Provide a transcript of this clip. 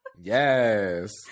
yes